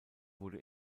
wurde